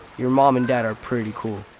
your mom and dad are pretty cool,